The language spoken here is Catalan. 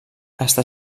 està